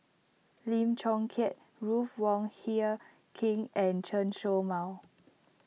Lim Chong Keat Ruth Wong Hie King and Chen Show Mao